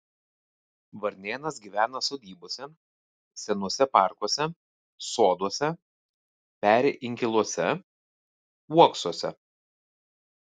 varnėnas gyvena sodybose senuose parkuose soduose peri inkiluose uoksuose